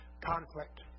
conflict